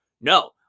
no